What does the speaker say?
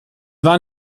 war